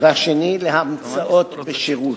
והשני לאמצאות בשירות.